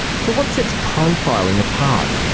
so what sets profiling apart?